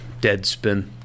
Deadspin